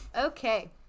okay